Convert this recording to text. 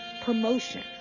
promotion